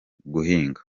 guhinga